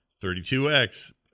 32X